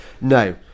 No